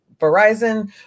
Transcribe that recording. Verizon